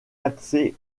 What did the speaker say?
accès